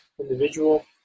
individual